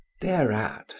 Thereat